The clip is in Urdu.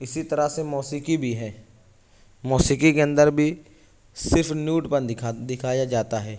اسی طرح سے موسیقی بھی ہے موسیقی کے اندر بھی صرف نیوڈ پن دکھا دکھایا جاتا ہے